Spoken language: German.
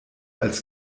als